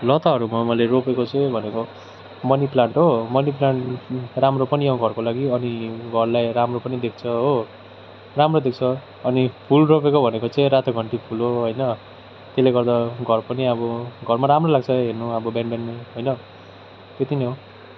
लताहरूमा मैले रोपेको चाहिँ भनेको मनि प्लान्ट हो मनि प्लान्ट राम्रो पनि हो घरको लागि अनि घरलाई राम्रो पनि देख्छ हो राम्रो देख्छ अनि फुल रोपेको भनेको चाहिँ रातो घन्टी फुल हो होइन त्यसले गर्दा घर पनि अब घरमा राम्रो लाग्छ हेर्नु अब बिहान बिहान होइन त्यति नै हो